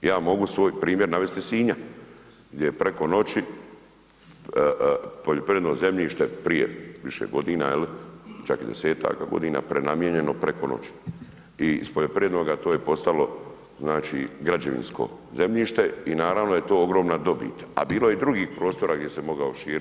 Ja mogu svoj primjer navesti iz Sinja gdje je preko noći poljoprivredno zemljište prije više godina, čak i 10-ak godina prenamijenjeno preko noći i s poljoprivrednoga to je postalo znači građevinsko zemljište i naravno da je to ogromna dobit, a bilo je i drugih posao gdje se mogao širiti.